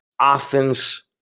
Athens